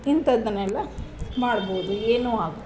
ಇಂಥದ್ದನ್ನೆಲ್ಲ ಮಾಡ್ಬೋದು ಏನು ಆಗಿ